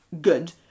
good